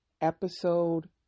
episode